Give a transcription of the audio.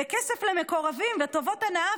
כסף למקורבים וטובות הנאה,